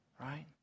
Right